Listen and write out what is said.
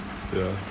ya